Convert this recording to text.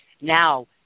now